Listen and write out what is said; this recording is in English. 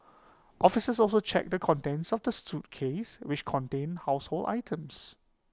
officers also checked the contents of the suitcase which contained household items